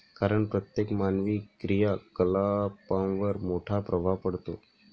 कारण प्रत्येक मानवी क्रियाकलापांवर मोठा प्रभाव पडतो